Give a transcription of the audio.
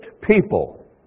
people